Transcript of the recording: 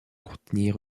contenir